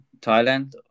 Thailand